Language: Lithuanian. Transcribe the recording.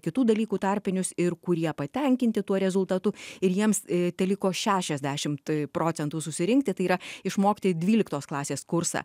kitų dalykų tarpinius ir kurie patenkinti tuo rezultatu ir jiems teliko šešiasdešimt procentų susirinkti tai yra išmokti dvyliktos klasės kursą